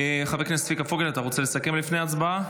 חבר הכנסת צביקה פוגל, אתה רוצה לסכם לפני ההצבעה?